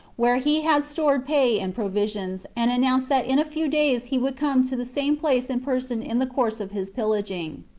where he had stored pay and pro visions, and announced that in a few days he would come to the same place in person in the course of his pillaging.